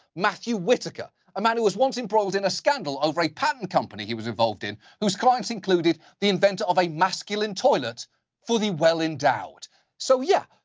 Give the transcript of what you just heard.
matthew whitaker, a man who was once involved in a scandal over a patent company he was involved in, whose crimes included the inventor of a masculine toilet for the well-endowed. so yeah,